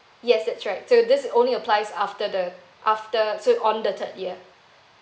yes that's right so this only applies after the after sorry on the third year